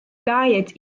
gayet